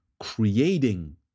Creating